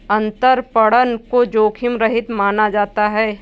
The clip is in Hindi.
अंतरपणन को जोखिम रहित माना जाता है